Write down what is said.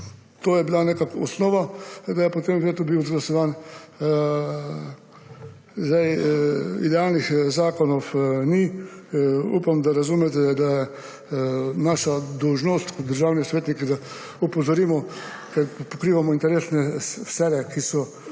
to je bila nekako osnova. Zato je bil potem veto izglasovan. Idealnih zakonov ni. Upam, da razumete, da je naša dolžnost kot državnih svetnikov, da opozorimo, ker pokrivamo interesne sfere, ki so v